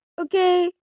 okay